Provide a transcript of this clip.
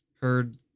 heard